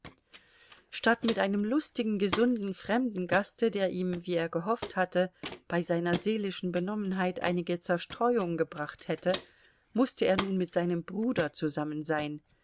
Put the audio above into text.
statt mit einem lustigen gesunden fremden gaste der ihm wie er gehofft hatte bei seiner seelischen benommenheit einige zerstreuung gebracht hätte mußte er nun mit seinem bruder zusammen sein